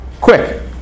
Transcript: Quick